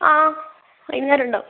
ആ വൈകുന്നേരം ഉണ്ടാവും